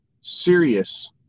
serious